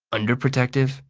underprotective?